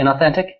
inauthentic